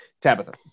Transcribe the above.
Tabitha